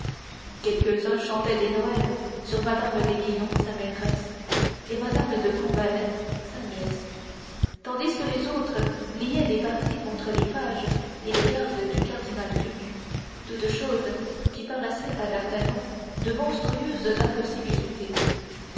quelques-uns chantaient des noëls sur mme d'aiguillon sa maîtresse et mme de combalet sa nièce tandis que les autres liaient des parties contre les pages et les gardes du cardinal duc toutes choses qui paraissaient à d'artagnan de monstrueuses impossibilités